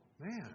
man